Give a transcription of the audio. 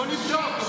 בואו נבדוק.